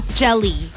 jelly